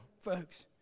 folks